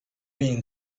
been